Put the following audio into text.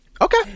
Okay